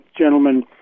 gentlemen